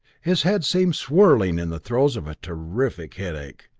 his head seemed whirling in the throes of a terrific headache.